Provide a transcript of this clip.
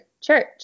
Church